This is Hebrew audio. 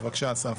בבקשה, אסף.